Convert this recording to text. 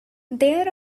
there